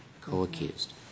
co-accused